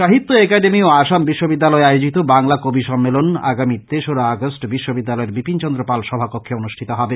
সাহিত্য একাডেমী ও আসাম বিশ্ববিদ্যালয় আয়োজিত বাংলা কবি সম্মেলন আগামী তেশোরা আগষ্ট বিশ্ববিদ্যালয়ের বিপিন চন্দ্র পাল সভা কক্ষে অনুষ্ঠিত হবে